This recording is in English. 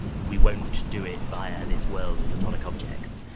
we won't do it via this world of platonic objects.